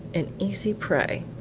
an easy prey.